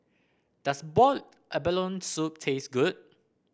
does Boiled Abalone Soup taste good